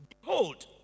Behold